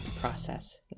process